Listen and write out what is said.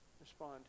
Respond